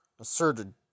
Asserted